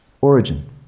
Origin